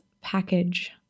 package